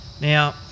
now